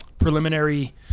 preliminary